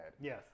Yes